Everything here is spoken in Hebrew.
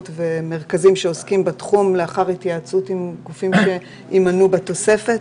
ומרכזים שעוסקים בתחום לאחר התייעצות עם גופים שימנו בתוספת?